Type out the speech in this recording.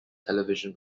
television